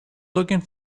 looking